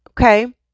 Okay